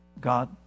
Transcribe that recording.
God